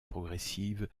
progressive